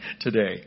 today